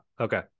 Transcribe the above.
okay